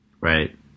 Right